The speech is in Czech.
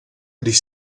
když